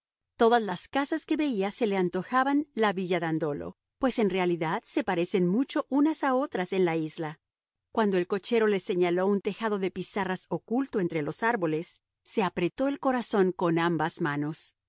todas las casas que veía se le antojaban la villa dandolo pues en realidad se parecen mucho unas a otras en la isla cuando el cochero le señaló un tejado de pizarras oculto entre los árboles se apretó el corazón con ambas manos